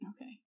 Okay